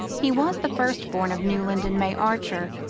he was the first-born of newland and may archer,